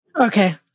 Okay